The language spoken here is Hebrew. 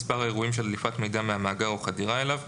פסקה (10): "מספר האירועים של דליפת מידע מהמאגר או חדירה אליו".